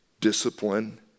discipline